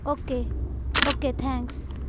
okay okay thanks